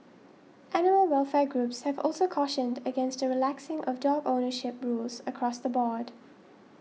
animal welfare groups have also cautioned against a relaxing of dog ownership rules across the board